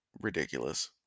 ridiculous